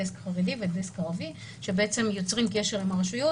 דסק חרדי ודסק ערבי שבעצם יוצרים קשר עם הרשויות